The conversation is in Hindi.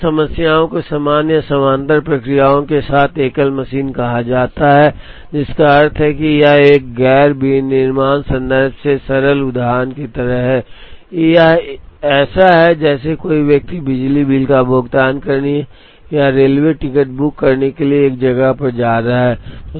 फिर उन समस्याओं को समान या समांतर प्रक्रियाओं के साथ एकल मशीन कहा जाता है जिसका अर्थ है कि यह एक गैर विनिर्माण संदर्भ से सरल उदाहरण की तरह है यह ऐसा है जैसे कोई व्यक्ति बिजली बिल का भुगतान करने या रेलवे टिकट बुक करने के लिए एक जगह पर जा रहा है